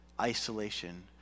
isolation